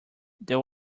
there